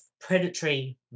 predatory